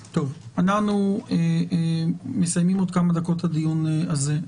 אנחנו מסיימים עוד כמה דקות את הדיון הזה.